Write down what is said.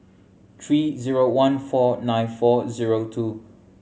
three zero one four nine four zero two